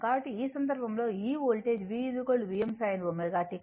కాబట్టి ఈ సందర్భంలో ఈ voltage V Vm sin ω t